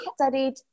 Studied